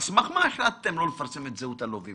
על סמך מה החלטתם לא לפרסם את זהות הלווים